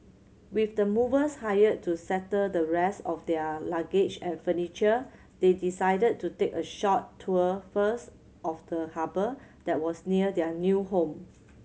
with the movers hired to settle the rest of their luggage and furniture they decided to take a short tour first of the harbour that was near their new home